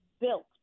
built